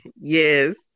yes